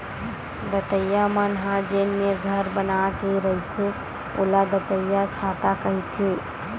दतइया मन ह जेन मेर घर बना के रहिथे ओला दतइयाछाता कहिथे